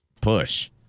push